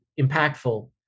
impactful